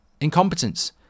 incompetence